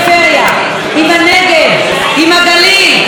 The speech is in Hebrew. עם הגליל ועם יהודה ושומרון.